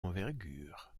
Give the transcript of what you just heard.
envergure